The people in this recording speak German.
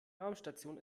raumstation